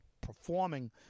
performing